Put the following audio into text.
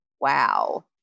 Wow